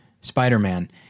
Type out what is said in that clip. Spider-Man